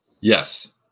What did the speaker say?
Yes